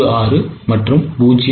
16 மற்றும் 0